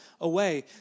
away